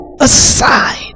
aside